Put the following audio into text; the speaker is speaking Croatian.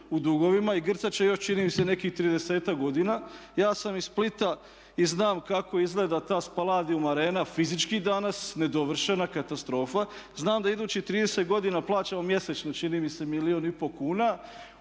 u dugovima i grcat će još čini mi se nekih 30-ak godina. Ja sam iz Splita i znam kako izgleda ta Spaladium arena fizički danas, nedovršena, katastrofa. Znam da idućih 30 godina plaćamo mjesečno čini mi se milijun i pol kuna